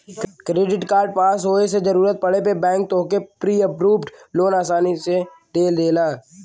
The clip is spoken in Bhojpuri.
क्रेडिट कार्ड पास होये से जरूरत पड़े पे बैंक तोहके प्री अप्रूव्ड लोन आसानी से दे देला